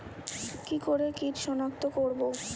কি করে কিট শনাক্ত করব?